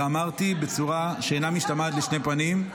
ואמרתי בצורה שאינה משתמעת לשתי פנים: